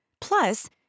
Plus